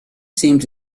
seemed